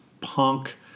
punk